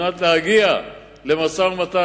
על מנת להגיע למשא-ומתן,